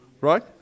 right